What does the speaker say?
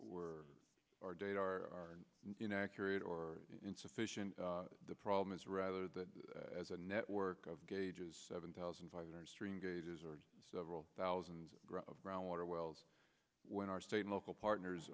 not our data are inaccurate or insufficient the problem is rather that as a network of gauges seven thousand five hundred string gauges or several thousands of brown water wells when our state and local partners